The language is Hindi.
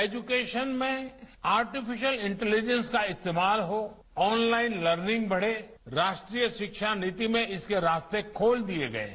एजुकेशन में आर्टिफिशियल इंटेलीजेंसी का इस्तेमाल हो ऑनलाइन लर्निंग बढ़े राष्ट्रीय शिक्षा नीति में इसके रास्ते खोल दिये गये है